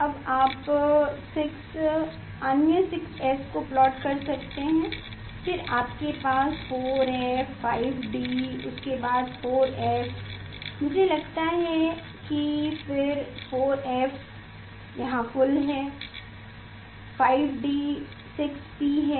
अब आप 6 अन्य 6s को प्लॉट कर सकते हैं फिर आपके पास 4 एफ 5 डी उसके बाद 4 एफ मुझे लगता है कि फिर 4 एफ फुल है 5 डी फुल 6 पी है